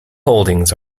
holdings